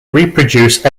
reproduce